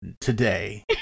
today